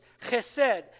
chesed